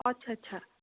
আচ্ছা আচ্ছা